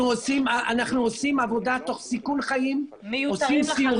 אנחנו עושים עבודה תוך סיכון חיים --- מיותרים לחלוטין.